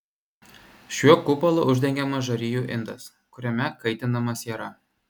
šiuo kupolu uždengiamas žarijų indas kuriame kaitinama siera